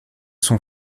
sont